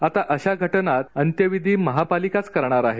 आता अशा घटनांत अंत्यविधी महापालिकाच करणार आहे